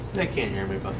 they can't hear me.